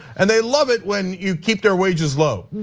and they love it when you keep their wages low.